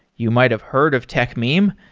you might have heard of techmeme.